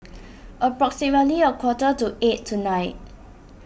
approximately a quarter to eight tonight